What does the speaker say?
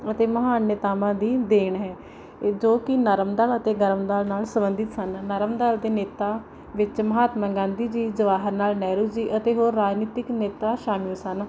ਅਤੇ ਮਹਾਨ ਨੇਤਾਵਾਂ ਦੀ ਦੇਣ ਹੈ ਇਹ ਜੋ ਕਿ ਨਰਮ ਦਲ ਅਤੇ ਗਰਮਦਲ ਨਾਲ ਸੰਬੰਧਿਤ ਸਨ ਨਰਮ ਦਲ ਦੇ ਨੇਤਾ ਵਿੱਚ ਮਹਾਤਮਾ ਗਾਂਧੀ ਜੀ ਜਵਾਹਰ ਲਾਲ ਨਹਿਰੂ ਜੀ ਅਤੇ ਹੋਰ ਰਾਜਨੀਤਿਕ ਨੇਤਾ ਸ਼ਾਮਿਲ ਸਨ